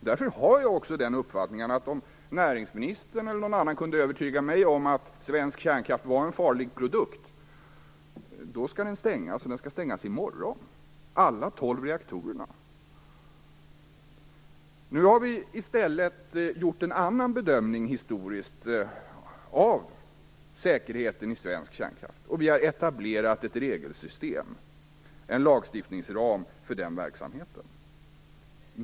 Därför har jag också uppfattningen att om näringsministern eller någon annan kunde övertyga mig om att svensk kärnkraft är en farlig produkt, så skall alla tolv reaktorerna stängas redan i morgon. Nu har vi i stället gjort en annan, historisk bedömning av säkerheten i svensk kärnkraft, och vi har etablerat ett regelsystem - en lagstiftningsram för den verksamheten.